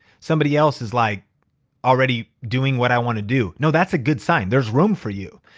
somebody else is like already doing what i wanna do. no, that's a good sign. there's room for you.